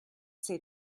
say